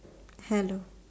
hello